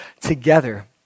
together